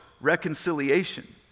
reconciliation